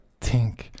tink